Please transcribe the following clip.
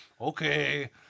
okay